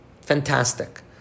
fantastic